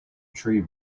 tree